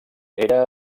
era